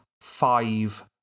five